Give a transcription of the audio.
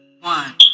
one